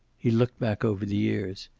he looked back over the years.